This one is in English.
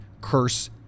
Curse